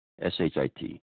S-H-I-T